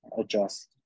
adjust